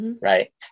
Right